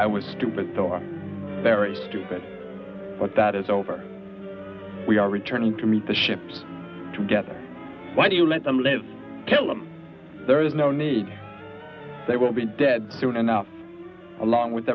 i was stupid thought very stupid but that is over we are returning to meet the ships together why do you let them live tell him there is no need they will be dead soon enough along with